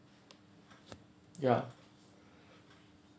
ya